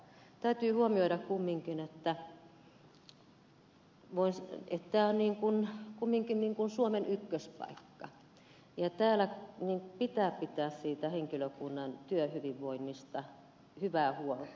täytyy huomioida että tämä on kumminkin suomen ykköspaikka ja täällä pitää pitää henkilökunnan työhyvinvoinnista hyvää huolta